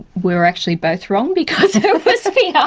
we are actually both wrong because it was fear! yeah